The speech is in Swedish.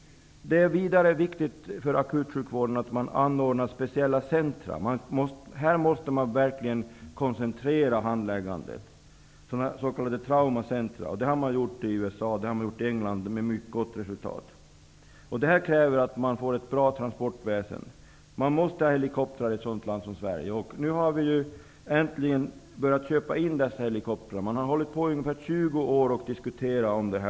Det är vidare viktigt för akutsjukvården att det anordnas speciella centrum. Man måste koncentrera handläggandet. Det handlar om s.k. traumacentrum. Detta har man gjort i USA och England, med mycket gott resultat. För detta krävs ett bra transportväsen. I ett sådant land som Sverige måste man ha helikoptrar. Nu har vi äntligen börjat köpa in dessa helikoptrar. I ungefär 20 år har man hållit på att diskutera detta.